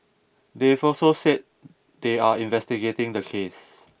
they've also said they are investigating the case